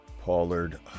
Pollard